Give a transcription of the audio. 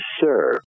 serve